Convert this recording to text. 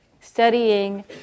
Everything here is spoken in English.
Studying